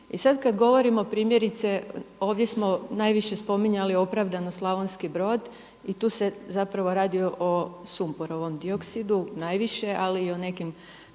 I sad kada govorimo primjerice, ovdje smo najviše spominjali opravdano Slavonski Brod. I tu se zapravo radi o sumporovom dioksidu najviše ali i o nekim